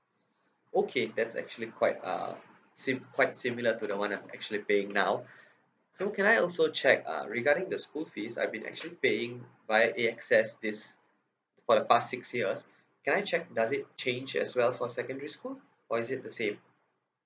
okay that's actually quite uh sim~ quite similar to the one I'm actually paying now so can I also check uh regarding the school fees I've been actually paying via A_X_S this for the past six years can I check does it change as well for secondary school or is it the same